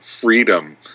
freedom